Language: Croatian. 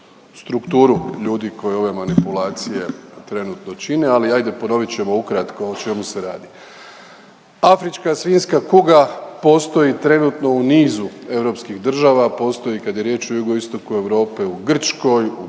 strukturu ljudi koje ove manipulacije trenutno čine, ali hajde ponovit ćemo ukratko o čemu se radi. Afrička svinjska kuga postoji trenutno u nizu europskih država, postoji kada je riječ o jugoistoku Europe u Grčkoj,